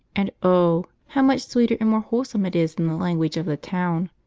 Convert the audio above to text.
and oh! how much sweeter and more wholesome it is than the language of the town!